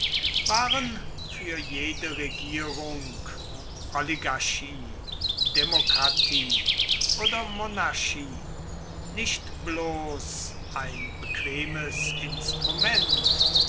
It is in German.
waren für jede regierung oligarchie demokratie oder monarchie nicht bloß ein bequemes instrument